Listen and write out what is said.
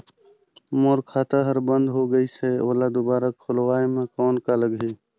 मोर खाता हर बंद हो गाईस है ओला दुबारा खोलवाय म कौन का लगही?